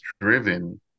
driven